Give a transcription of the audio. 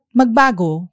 magbago